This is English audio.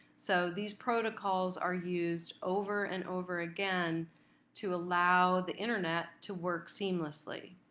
so these protocols are used over and over again to allow the internet to work seamlessly.